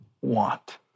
want